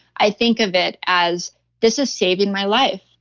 i think of it as this is saving my life.